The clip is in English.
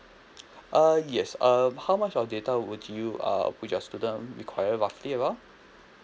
err yes um how much of data would you uh would your student require roughly around